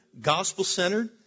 gospel-centered